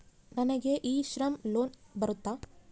ನನಗೆ e Shram loan ಬರುತ್ತಾ?